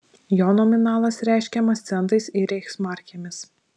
jo nominalas reiškiamas centais ir reichsmarkėmis